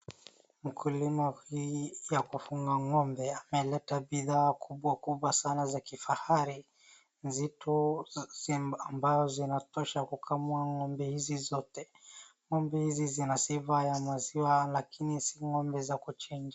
Mkulima ya kufunga ng'ombe ameleta bidhaa kubwa kubwa sana za kifahari, zito ambazo zinatosha kukamua ng'ombe hizi zote. Ng'ombe hizi zina sifa ya maziwa lakini si ng'ombe za kuchija.